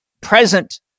present